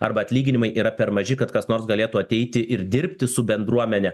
arba atlyginimai yra per maži kad kas nors galėtų ateiti ir dirbti su bendruomene